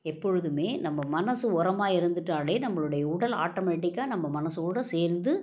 எப்பொழுதுமே நம்ம மனசு உரமாக இருந்துட்டாலே நம்பளுடைய உடல் ஆட்டோமேட்டிக்கா நம்ம மனசோடு சேர்ந்து